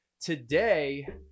Today